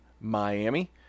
Miami